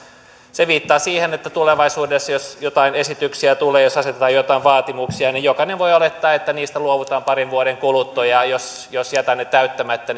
se viittaa siihen että tulevaisuudessa jos jotain esityksiä tulee jos asetetaan joitain vaatimuksia jokainen voi olettaa että niistä luovutaan parin vuoden kuluttua ja jos jos jätän ne täyttämättä